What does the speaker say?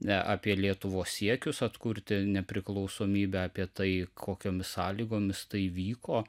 ne apie lietuvos siekius atkurti nepriklausomybę apie tai kokiomis sąlygomis tai vyko